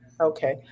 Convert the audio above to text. okay